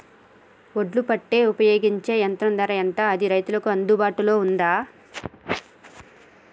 ఒడ్లు పెట్టే ఉపయోగించే యంత్రం ధర ఎంత అది రైతులకు అందుబాటులో ఉందా?